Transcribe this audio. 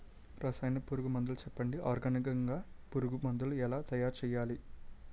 రసాయన పురుగు మందులు చెప్పండి? ఆర్గనికంగ పురుగు మందులను ఎలా తయారు చేయాలి?